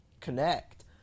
connect